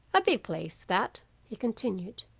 a big place that he continued.